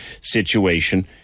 situation